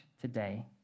today